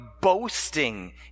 boasting